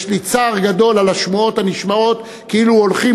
יש לי צער גדול על השמועות הנשמעות כאילו הולכים